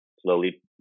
Slowly